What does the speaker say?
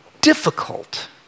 difficult